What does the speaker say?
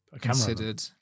considered